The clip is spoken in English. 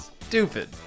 Stupid